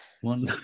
One